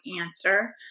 answer